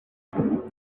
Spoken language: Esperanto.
pelu